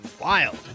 wild